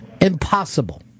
Impossible